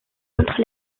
entre